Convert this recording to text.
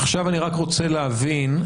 עכשיו אני רוצה להבין,